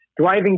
driving